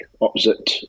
opposite